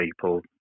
people